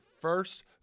first